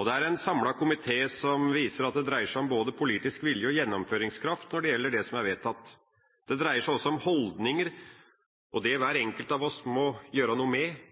Det er en samlet komité som viser at det dreier seg om både politisk vilje og gjennomføringskraft når det gjelder det som er vedtatt. Det dreier seg også om holdninger og det hver enkelt av oss må gjøre noe med,